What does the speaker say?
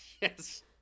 Yes